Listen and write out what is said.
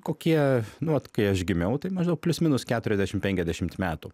kokie nu vat kai aš gimiau tai maždaug plius minus keturiasdešim penkiasdešimt metų